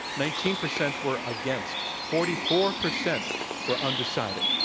nineteen percent were against. forty four percent were undecided.